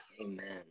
amen